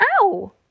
Ow